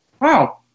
Wow